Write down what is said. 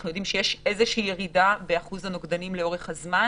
אנחנו יודעים שלאורך הזמן